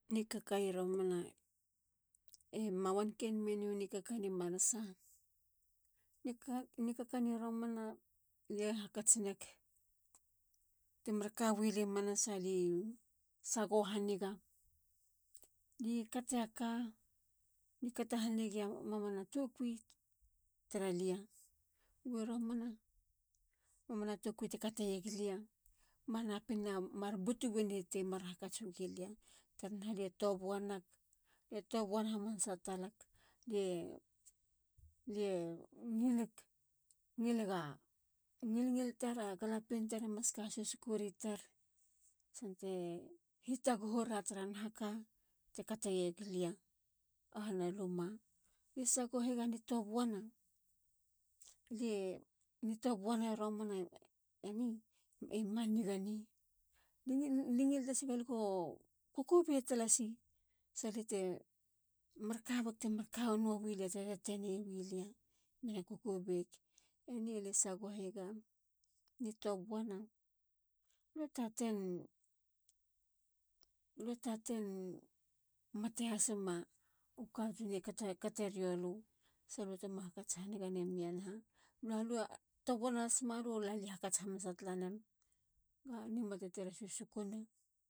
Nikaka yi roomana e ma wanken mene u nikakani manasa. nikakani romana. alie hakats neg. timar kawilia i manasa. ali sagoho haniga. li kateya ka. li kato hanigeya mamana tokui taralia. gubi romana. mamana tokui te kateyeg lia manapin mar butu wene temar hakats weglia. taraa naha. lie tobuanag. lie tobuana hamanasa talag. lie ngilik. ngilega ngilngil tara a galapien tar emas ka hasusuku ri tar. sante hitaguhura tara naha ka te kateyeglia. a hana luma. lie sagoheyeg a ni tobuana. ni tobuani romananeni ema niga ne. lie ngil lasega. lie go kukube tlasi. saliate kawer timar kanuawilia ti tetene wilia mena kukubek. eni alie sagoheyeg ga ni tobuana. lue taten mate has mema. u katun e katerio lu. salutema haniga nemia naha. na lue tobuana hasim. alue lagi hakats haniga nemia naha,. na lue tobuana hasim. alue lagi hakats hamanasa talanem. a ni mate tar e susukuna.